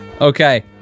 Okay